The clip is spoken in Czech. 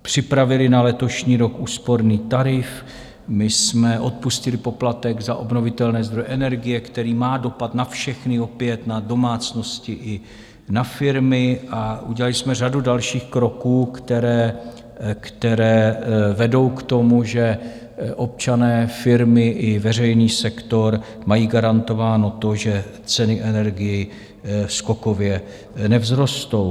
Připravili jsme na letošní rok úsporný tarif, odpustili jsme poplatek za obnovitelné zdroje energií, který má dopad na všechny, opět na domácnosti i na firmy, a udělali jsme řadu dalších kroků, které vedou k tomu, že občané, firmy i veřejný sektor mají garantováno to, že ceny energií skokově nevzrostou.